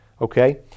Okay